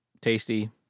tasty